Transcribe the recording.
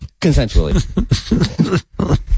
consensually